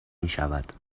میشود